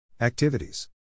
Activities